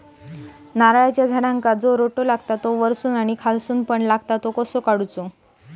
नारळाच्या झाडांका जो रोटो लागता तो वर्सून आणि खालसून पण लागता तो कसो काडूचो?